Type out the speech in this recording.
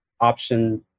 option